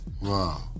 wow